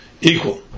equal